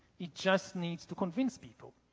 it just needs to convince people.